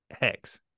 Hex